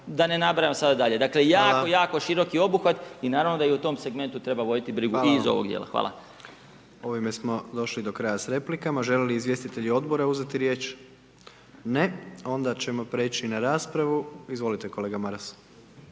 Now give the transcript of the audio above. da ne nabrajam sada dalje. Dakle, jako, jako široki obuhvat i naravno da i u tom segmentu treba voditi brigu i iz ovog dijela. Hvala. **Jandroković, Gordan (HDZ)** Ovime smo došli do kraja s replikama. Žele li izvjestitelji odbora uzeti riječ? Ne. Onda ćemo prijeći na raspravu. Izvolite kolega Maras.